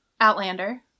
Outlander